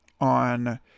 on